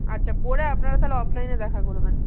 আচ্ছা করে আপনারা তাহোলে অফলাইনে দেখা করবেন